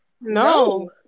No